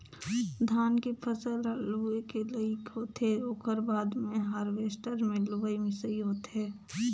धान के फसल ह लूए के लइक होथे ओकर बाद मे हारवेस्टर मे लुवई मिंसई होथे